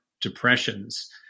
depressions